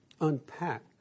unpack